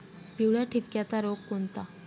पिवळ्या ठिपक्याचा रोग कोणता?